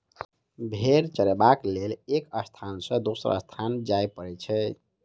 भेंड़ चरयबाक लेल एक स्थान सॅ दोसर स्थान जाय पड़ैत छै